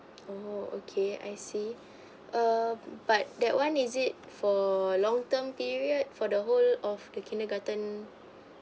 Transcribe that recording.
oh okay I see um but that one is it for long term period for the whole of the kindergarden